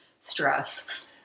stress